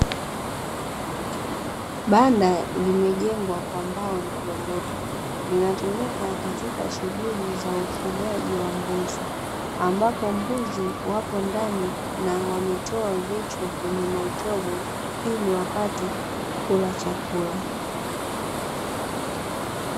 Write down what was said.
Banda limejengwa kwa mbao ndogo ndogo linatumika katika shughuli za ufugaji wa mbuzi, ambapo mbuzi wapo ndani na wametoa vichwa kwenye matobo ili wapate kula chakula.